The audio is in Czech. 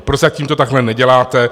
Prozatím to takhle neděláte.